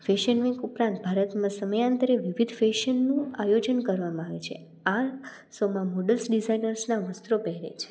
fashion week ઉપરાંત ભારતમાં સમયાંતરે વિવિધ ફેશનનું આયોજન કરવામાં આવે છે આ સૌમાં મોડલ્સ ડિઝાઇનર્સના વસ્ત્રો પહેરે છે